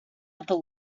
other